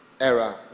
Era